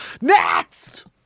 Next